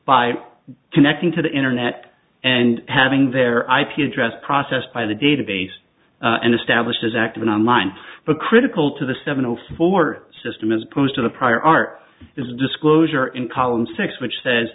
by connecting to the internet and having their ip address processed by the database and establish as active an on line but critical to the seven zero four system as opposed to the prior art is disclosure in column six which says